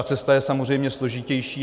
Cesta je samozřejmě složitější.